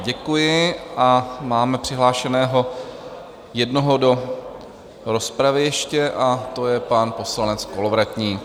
Děkuji a máme přihlášeného jednoho do rozpravy ještě, a to je pan poslanec Kolovratník.